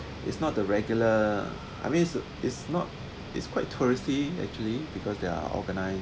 it's not the regular I mean is is not is quite touristy actually because there are organised